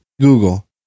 Google